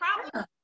problem